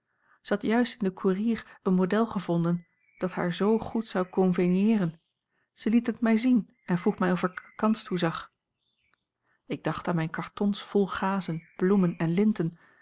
had juist in den courrier een model gevonden dat haar zoo goed zou convenieeren zij liet het mij zien en vroeg mij of ik er kans toe zag ik dacht aan mijne cartons vol gazen bloemen en linten